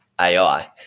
AI